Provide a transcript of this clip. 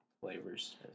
flavors